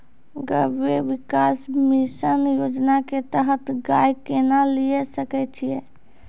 गव्य विकास मिसन योजना के तहत गाय केना लिये सकय छियै?